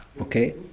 Okay